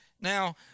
Now